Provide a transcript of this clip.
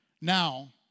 now